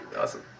Awesome